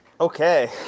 Okay